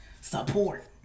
Support